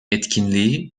etkinliği